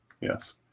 Yes